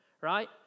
Right